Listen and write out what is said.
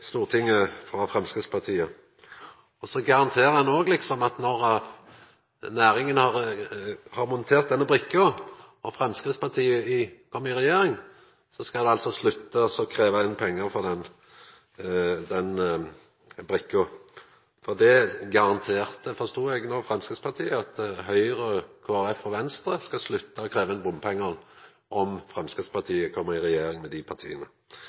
Stortinget frå Framstegspartiet. Ein garanterer òg at når næringa har montert denne brikka og Framstegspartiet kjem i regjering, så skal ein slutta å krevja inn pengar frå den brikka. Eg forsto at Framstegspartiet no garanterte at Høgre, Kristeleg Folkeparti og Venstre skal slutta å krevja inn bompengar om Framstegspartiet kjem i regjering med dei partia.